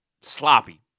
Sloppy